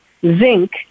zinc